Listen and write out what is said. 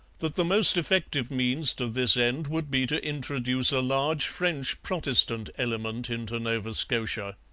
that the most effective means to this end would be to introduce a large french protestant element into nova scotia.